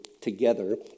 together